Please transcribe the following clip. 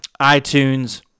iTunes